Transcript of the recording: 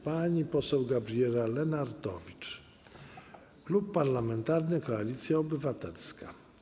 Pani poseł Gabriela Lenartowicz, Klub Parlamentarny Koalicja Obywatelska.